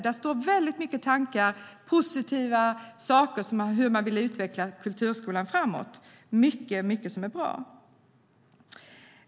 Där finns väldigt mycket tankar och positiva saker om hur man vill utveckla kulturskolan framåt. Det är mycket som är bra!